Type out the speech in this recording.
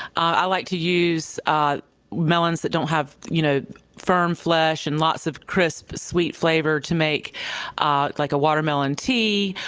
ah like use ah melons that don't have you know firm flesh and lots of crisp, sweet flavor to make ah like a watermelon tea,